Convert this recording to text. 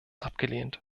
abgelehnt